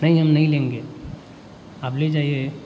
नहीं हम नहीं लेंगे आप ले जाइए